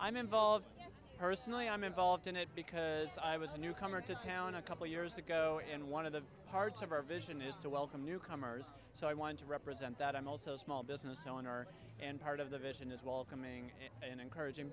i'm involved personally i'm involved in it because i was a newcomer to town a couple years ago and one of the parts of our vision is to welcome newcomers so i want to represent that i'm also a small business owner and part of the vision is welcoming and encouraging